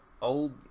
old